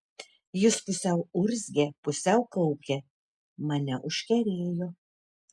jis pusiau urzgė pusiau kaukė mane užkerėjo